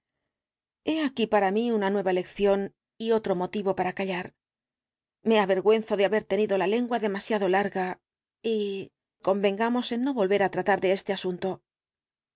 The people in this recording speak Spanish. he aquí para mí una nueva lección y otro motivo para callar me avergüenzo de haber tenido la lengua demasiado larga y convengamos en no volver á tratar ese asunto